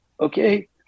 okay